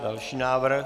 Další návrh.